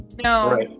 no